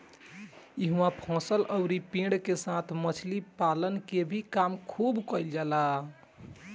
इहवा फसल अउरी पेड़ के साथ मछली पालन के भी काम खुब कईल जाला